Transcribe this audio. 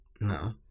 No